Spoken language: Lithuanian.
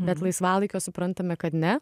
bet laisvalaikio suprantame kad ne